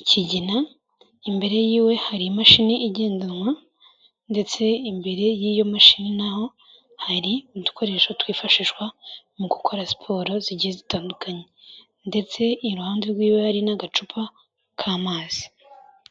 ikigina, imbere yiwe hari imashini igendanwa ndetse imbere y'iyo mashini n'aho hari udukoresho twifashishwa mu gukora siporo zigiye zitandukanye ndetse iruhande rwiwe hari n'agacupa k'amazi.